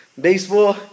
baseball